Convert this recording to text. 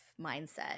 mindset